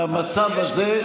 והמצב הזה,